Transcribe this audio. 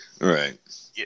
Right